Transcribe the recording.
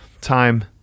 time